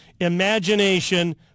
Imagination